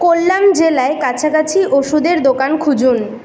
কোল্লাম জেলায় কাছাকাছি ওষুধের দোকান খুঁজুন